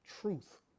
truth